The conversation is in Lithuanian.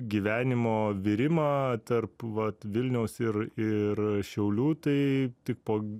gyvenimo virimą tarp vat vilniaus ir ir šiaulių tai tik po